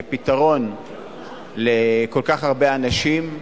בפתרון לכל כך הרבה אנשים,